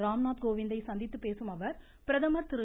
ராம்நாத்கோவிந்தை சந்தித்து பேசும் அவர் பிரதமர் திரு